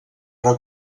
però